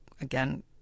again